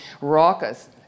raucous